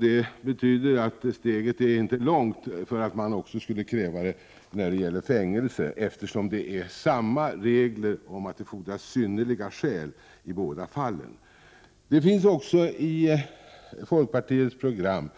Det betyder att steget inte är långt till att man kräver detta även i fråga om fängelse, eftersom det handlar om samma regler så till vida att det fordras synnerliga skäl i båda fallen. Det finns också i folkpartiets program